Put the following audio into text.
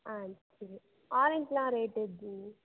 ஆ சரி ஆரஞ்சுலாம் ரேட் எப்படி